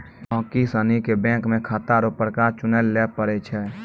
गहिकी सनी के बैंक मे खाता रो प्रकार चुनय लै पड़ै छै